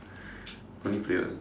don't need to play [one]